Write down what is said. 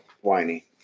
whiny